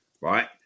right